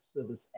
service